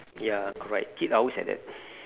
ya correct kids always like that